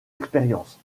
expériences